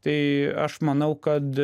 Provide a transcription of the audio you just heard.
tai aš manau kad